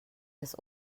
des